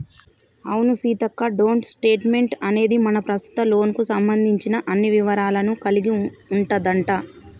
అవును సీతక్క డోంట్ స్టేట్మెంట్ అనేది మన ప్రస్తుత లోన్ కు సంబంధించిన అన్ని వివరాలను కలిగి ఉంటదంట